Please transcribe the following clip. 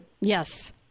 Yes